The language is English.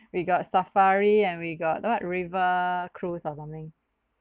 we got safari and we got the what river cruise or something